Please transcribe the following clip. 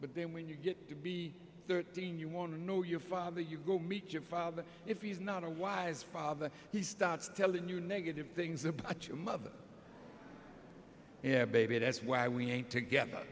but then when you get to be thirteen you want to know your father you go meet your father if he's not a wise father he starts telling you negative things about your mother yeah baby that's why we ain't together